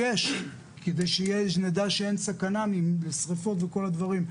אש כדי שנדע שאין סכנה משריפות וכל הדברים,